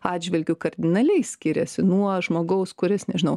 atžvilgiu kardinaliai skiriasi nuo žmogaus kuris nežinau